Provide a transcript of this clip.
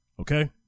okay